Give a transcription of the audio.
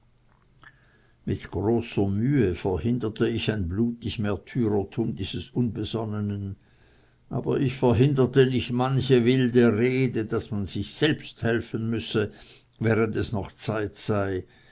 mit großer mühe verhinderte ich ein blutig märtyrertum dieses unbesonnenen aber ich verhinderte nicht manche wilde rede daß man sich selbst helfen müsse während es noch zeit sei